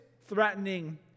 threatening